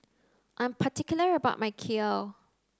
I'm particular about my kheer